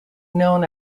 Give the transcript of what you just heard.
known